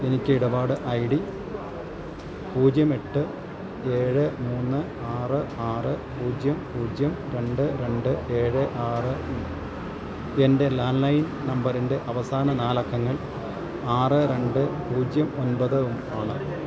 എനിക്കിടപാട് I D പൂജ്യം എട്ട് ഏഴ് മൂന്ന് ആറ് ആറ് പൂജ്യം പൂജ്യം രണ്ട് രണ്ട് ഏഴ് ആറും എൻ്റെ ലാൻഡ്ലൈൻ നമ്പറിൻ്റെ അവസാന നാലക്കങ്ങൾ ആറ് രണ്ട് പൂജ്യം ഒമ്പതും ആണ്